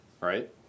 right